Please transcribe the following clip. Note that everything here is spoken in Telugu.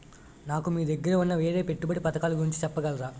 నాకు మీ దగ్గర ఉన్న వేరే పెట్టుబడి పథకాలుగురించి చెప్పగలరా?